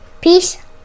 Peace